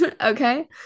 Okay